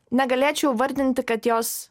negalėčiau įvardinti kad jos